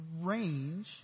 range